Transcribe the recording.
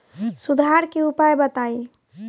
सुधार के उपाय बताई?